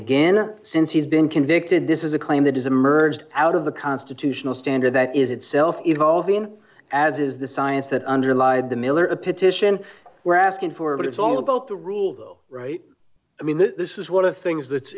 again since he's been convicted this is a claim that is emerged out of the constitutional standard that is itself evolving as is the science that underlie the miller a petition we're asking for but it's all about the rule right i mean this is one of the things that's